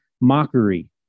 mockery